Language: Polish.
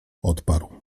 odparł